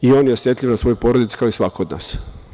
I on je osetljiv na svoju porodicu kao i svako od nas.